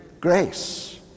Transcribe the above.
grace